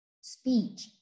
speech